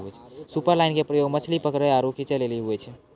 superline के प्रयोग मछली पकरै आरु खींचै लेली होय छै